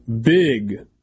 big